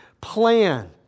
plan